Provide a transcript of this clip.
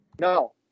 No